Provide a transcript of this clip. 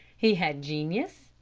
he had genius,